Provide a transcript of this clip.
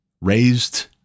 raised